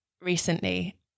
recently